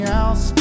else